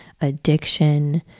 addiction